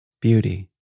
beauty